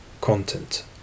content